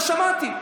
שמעתי.